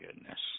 goodness